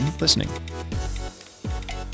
listening